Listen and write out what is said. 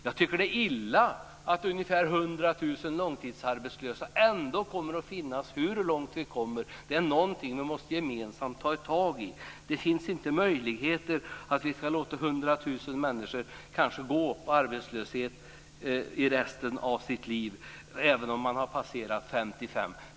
Jag tycker att det är illa att ungefär 100 000 långtidsarbetslösa ändå kommer att finnas hur långt vi än kommer. Det är någonting som vi gemensamt måste ta itu med. Det finns inte möjligheter att låta 100 000 människor kanske vara arbetslösa resten av sitt liv, när man har passerat 55.